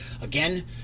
Again